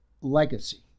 legacy